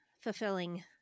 fulfilling